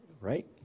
Right